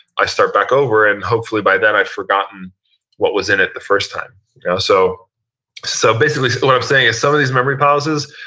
i start back over and hopefully by then i've forgotten what was in it the first time yeah so so basically what i'm saying is some of these memory palaces,